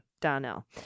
Donnell